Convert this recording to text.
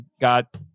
got